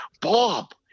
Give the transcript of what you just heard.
Bob